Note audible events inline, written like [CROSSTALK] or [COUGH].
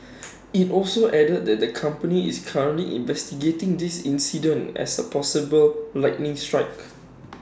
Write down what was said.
[NOISE] IT also added that the company is currently investigating this incident as A possible lightning strike [NOISE]